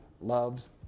loves